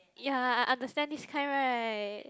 ya understand this kind right